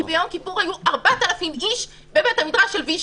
כי ביום כיפור היו 4,000 איש בבית המדרש של ויז'ניץ.